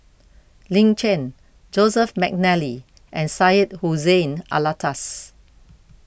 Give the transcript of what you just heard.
Lin Chen Joseph McNally and Syed Hussein Alatas